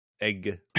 Egg